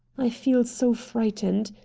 i feel so frightened.